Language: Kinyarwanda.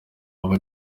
aba